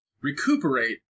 recuperate